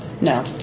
No